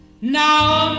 now